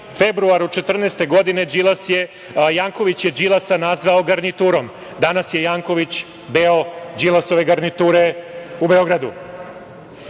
februaru 2014. godine, Janković je Đilasa nazvao garniturom. Danas je Janković, deo Đilasove garniture u Beogradu. Inače,